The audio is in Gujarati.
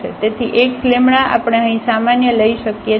તેથી x આપણે અહીં સામાન્ય લઈ શકીએ છીએ